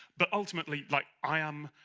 but ultimately, like i am.